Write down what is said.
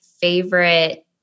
favorite